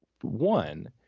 one